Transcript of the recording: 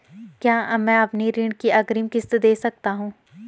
क्या मैं अपनी ऋण की अग्रिम किश्त दें सकता हूँ?